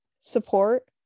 support